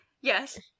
yes